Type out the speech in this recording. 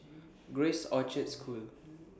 Grace Orchard School